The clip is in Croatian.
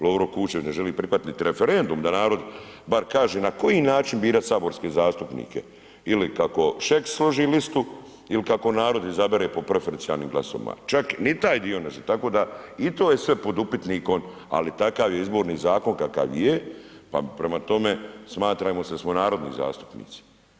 Lovro Kuščević ne želi prihvatiti niti referendum da narod bar kaže na koji način birat saborske zastupnike ili kako Šeks složi listu il kako narod izabere po prefercionalnim glasovima, čak ni taj dio ne želi, tako da i to je sve pod upitnikon, ali takav je izborni zakon kakav je, pa prema tome smatramo da smo narodni zastupnici.